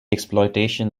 exploitation